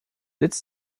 sitz